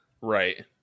Right